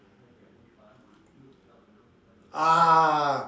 ah